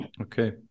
Okay